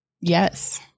Yes